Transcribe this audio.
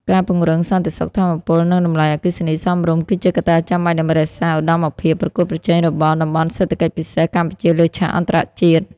ការពង្រឹង "សន្តិសុខថាមពល" និងតម្លៃអគ្គិសនីសមរម្យ គឺជាកត្តាចាំបាច់ដើម្បីរក្សាឧត្តមភាពប្រកួតប្រជែងរបស់ តំបន់សេដ្ឋកិច្ចពិសេស កម្ពុជាលើឆាកអន្តរជាតិ។